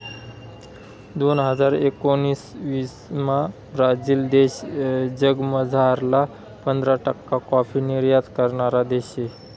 दोन हजार एकोणाविसमा ब्राझील देश जगमझारला पंधरा टक्का काॅफी निर्यात करणारा देश शे